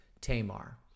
Tamar